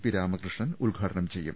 P Ramakrishnan ഉദ്ഘാടനം ചെയ്യും